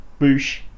boosh